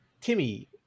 Timmy